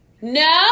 No